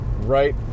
right